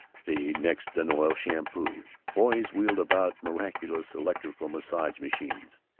the next an oil shampoo. boys wheeled about miraculous electrical massage-machines.